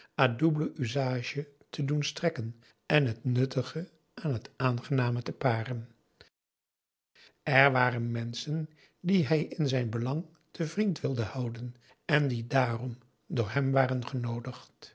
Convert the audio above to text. e te doen strekken en het nuttige aan het aangename te paren er waren menschen die hij in zijn belang te vriend wilde houden en die dààrom door hem waren genoodigd